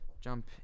jump